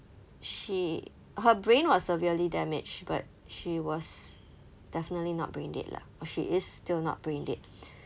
she her brain was severely damaged but she was definitely not brain dead lah or she is still not brain dead